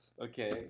okay